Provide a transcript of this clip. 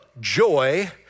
joy